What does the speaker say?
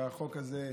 שהחוק הזה יעבור.